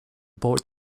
board